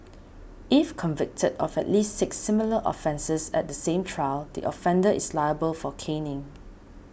if convicted of at least six similar offences at the same trial the offender is liable for caning